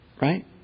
Right